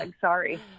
sorry